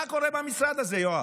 מה קורה במשרד הזה, יואב?